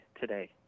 today